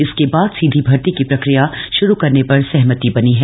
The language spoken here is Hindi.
इसके बाद्म सीधी भर्ती की प्रक्रिया श्रू करने पर सहमति बनी है